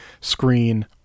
screen